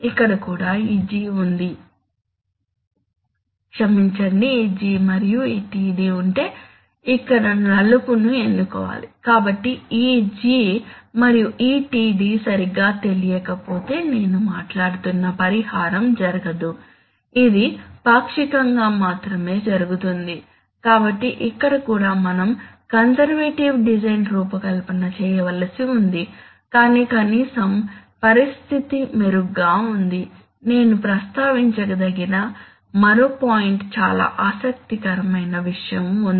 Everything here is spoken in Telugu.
ఇక్కడ కూడా ఈ G ఉంది క్షమించండి ఈ G మరియు ఈ Td ఉంటే ఇక్కడ నలుపు ను ఎన్నుకోవాలి కాబట్టి ఈ G మరియు ఈ Td సరిగ్గా తెలియకపోతే నేను మాట్లాడుతున్న పరిహారం జరగదు ఇది పాక్షికంగా మాత్రమే జరుగుతుంది కాబట్టి ఇక్కడ కూడా మనం కంజర్వేటివ్ డిజైన్ రూపకల్పన చేయవలసి ఉంది కాని కనీసం పరిస్థితి మెరుగ్గా ఉంది నేను ప్రస్తావించదలిచిన మరో పాయింట్ చాలా ఆసక్తికరమైన విషయం ఉంది